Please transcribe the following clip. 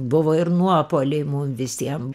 buvo ir nuopuoliai mum visiem